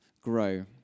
grow